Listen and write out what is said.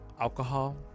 alcohol